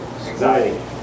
Anxiety